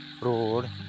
road